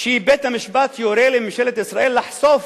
שבית-המשפט יורה לממשלת ישראל לחשוף